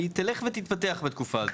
היא תלך ותתפתח בתקופה הזאת.